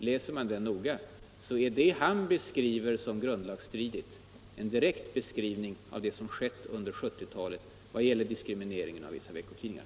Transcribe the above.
Läser man den noga finner man att det han beskriver som grundlagsstridigt är en direkt beskrivning av det som skett under 1970-talet när det gäller diskrimineringen av vissa veckotidningar.